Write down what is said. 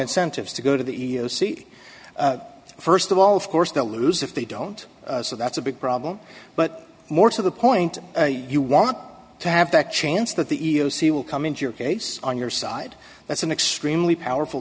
incentives to go to the e e o c first of all of course they'll lose if they don't so that's a big problem but more to the point you want to have that chance that the e e o c will come into your case on your side that's an extremely powerful